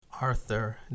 Arthur